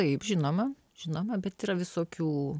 taip žinoma žinoma bet yra visokių